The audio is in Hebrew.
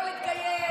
לא להתגייס,